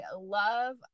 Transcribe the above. love